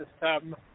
system